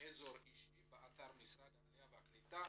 אזור אישי באתר משרד העלייה והקליטה